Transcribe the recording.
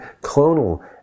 clonal